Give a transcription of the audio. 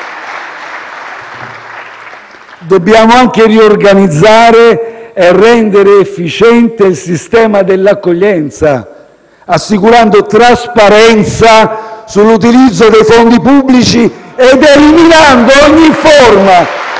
Dobbiamo anche riorganizzare e rendere efficiente il sistema dell'accoglienza, assicurando trasparenza sull'utilizzo dei fondi pubblici ed eliminando ogni forma